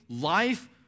life